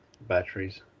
batteries